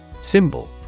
Symbol